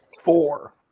Four